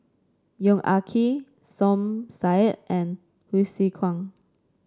Yong Ah Kee Som Said and Hsu Tse Kwang